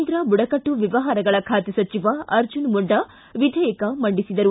ಕೇಂದ್ರ ಬುಡಕಟ್ಲು ವ್ಯವಹಾರಗಳ ಖಾತೆ ಸಚಿವ ಅರ್ಜುನ್ ಮುಂಡಾ ವಿಧೇಯಕ ಮಂಡಿಸಿದರು